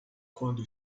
quando